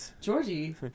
Georgie